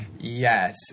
Yes